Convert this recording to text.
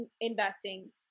investing